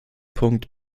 punkt